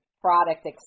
product